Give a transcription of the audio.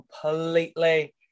completely